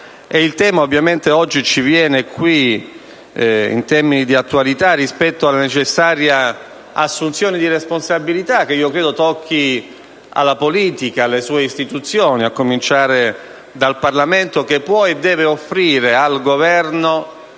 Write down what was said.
Il tema si pone dunque in termini di attualità, rispetto alla necessaria assunzione di responsabilità che credo tocchi alla politica e alle sue istituzioni, a cominciare dal Parlamento, che può e deve offrire al Governo